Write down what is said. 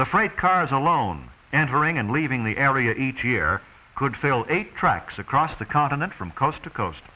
the freight cars alone entering and leaving the area each year could fill eight tracks across the continent from coast to coast